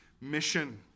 mission